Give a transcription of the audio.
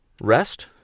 Rest